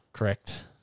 Correct